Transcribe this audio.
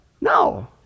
No